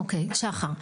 אוקיי, שחר.